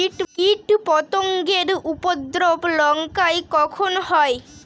কীটপতেঙ্গর উপদ্রব লঙ্কায় কখন হয়?